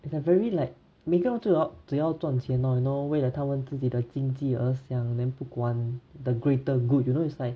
it's like very like 每个人只要只要赚钱 lor you know 为了他们自己的经济而想 then 不关 the greater good you know it's like